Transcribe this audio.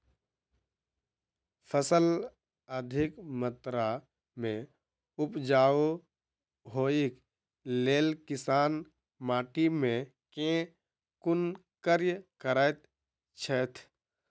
फसल अधिक मात्रा मे उपजाउ होइक लेल किसान माटि मे केँ कुन कार्य करैत छैथ?